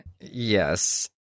Yes